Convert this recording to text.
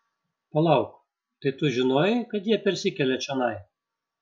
palauk tai tu žinojai kad jie persikelia čionai